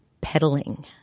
peddling